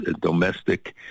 domestic